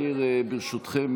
ברשותכם,